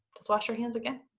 just wash your hands again.